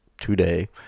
today